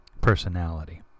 personality